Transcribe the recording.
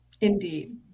indeed